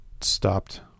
stopped